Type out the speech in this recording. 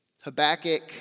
Habakkuk